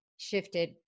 Shifted